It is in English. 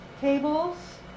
cables